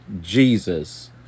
Jesus